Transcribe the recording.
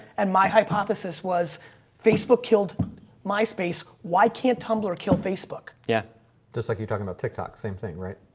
and my hypothesis was facebook killed my space. why can't tumbler kill facebook? yeah just like you're talking about tiktok, same thing, right?